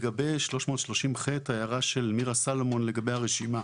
לגבי סעיף 330ח וההערה של מירה סלומון לגבי הרשימה: